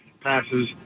passes